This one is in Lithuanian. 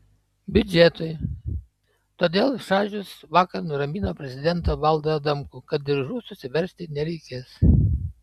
biudžetui todėl šadžius vakar nuramino prezidentą valdą adamkų kad diržų susiveržti nereikės